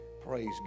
Praise